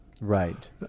Right